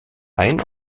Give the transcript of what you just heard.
ein